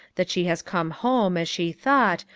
that she has come home, as she thought,